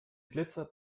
glitzert